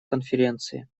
конференции